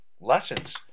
lessons